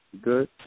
Good